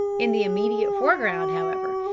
in the immediate foreground, however,